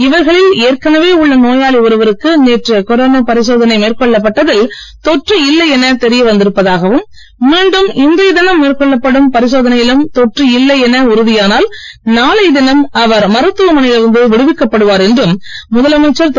இவர்களில் ஏற்கனவே உள்ள நோயாளி ஒருவருக்கு நேற்று கொரோனா பரிசோதனை மேற்கொள்ளப்பட்டதில் தொற்று இல்லை என தெரிய வந்திருப்பதாகவும் பரிசோதனையிலும் தொற்று இல்லை என உறுதியானால் நாளைய தினம் அவர் மருத்துவமனையில் இருந்து விடுவிக்கப்படுவார் என்றும் முதலமைச்சர் திரு